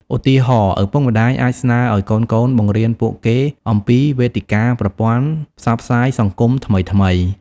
ឧទាហរណ៍ ឪពុកម្តាយអាចស្នើឱ្យកូនៗបង្រៀនពួកគេអំពីវេទិកាប្រព័ន្ធផ្សព្វផ្សាយសង្គមថ្មីៗ។